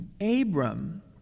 abram